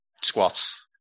squats